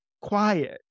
Quiet